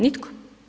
Nitko.